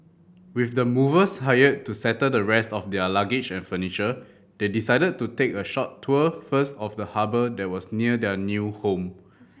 with the movers hired to settle the rest of their luggage and furniture they decided to take a short tour first of the harbour that was near their new home